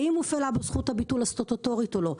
האם הופעלה בו זכות הביטול הסטטוטורית או לא.